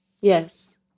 Yes